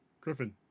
Griffin